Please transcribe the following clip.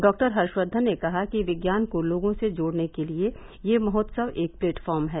doctor Harshvardhan ने कहा कि विज्ञान को लोगों से जोडने के लिये यह महोत्सव एक प्लेटफार्म है